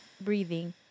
breathing